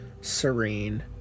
serene